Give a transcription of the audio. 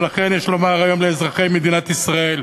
ולכן יש לומר היום לאזרחי מדינת ישראל: